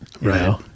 Right